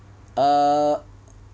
err